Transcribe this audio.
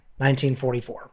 1944